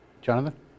Jonathan